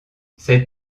ces